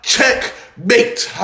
Checkmate